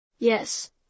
Yes